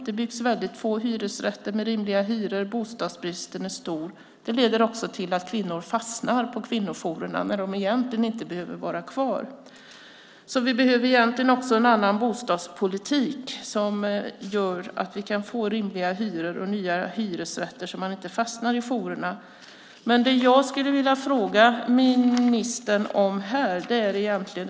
Det byggs få hyresrätter med rimliga hyror. Bostadsbristen är stor. Det leder också till att kvinnor fastnar på kvinnojourerna när de egentligen inte behöver vara kvar. Vi behöver alltså också en annan bostadspolitik, som gör att vi kan få rimliga hyror och nya hyresrätter så att kvinnor inte fastnar i jourerna. Jag skulle vilja ställa en fråga till ministern.